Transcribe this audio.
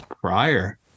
prior